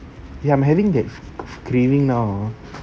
ya I'm having that craving now